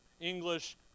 English